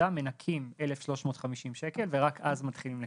מנכים 1,350 שקלים ורק אז מתחילים לקזז,